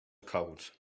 cold